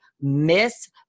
Miss